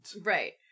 Right